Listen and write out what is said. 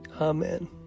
Amen